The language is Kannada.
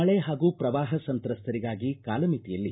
ಮಳೆ ಹಾಗೂ ಶ್ರವಾಹ ಸಂತ್ರಸ್ತರಿಗಾಗಿ ಕಾಲಮಿತಿಯಲ್ಲಿ